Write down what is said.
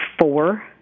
four